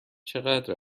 چقدر